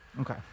Okay